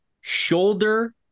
shoulder